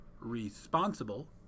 responsible